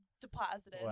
deposited